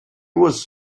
was